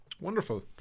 Wonderful